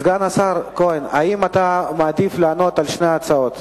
סגן השר כהן, האם אתה מעדיף לענות על שתי ההצעות?